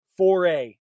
4A